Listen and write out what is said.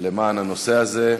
למען הנושא הזה.